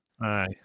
Aye